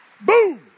Boom